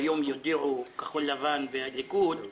והיום יודיעו כחול-לבן והליכוד,